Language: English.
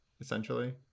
essentially